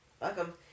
Welcome